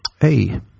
hey